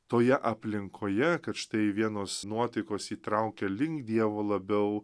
toje aplinkoje kad štai vienos nuotaikos įtraukia link dievo labiau